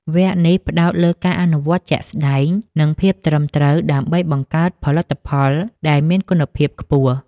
វគ្គនេះផ្តោតលើការអនុវត្តជាក់ស្តែង និងភាពត្រឹមត្រូវ ដើម្បីបង្កើតផលិតផលដែលមានគុណភាពខ្ពស់។